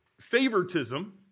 favoritism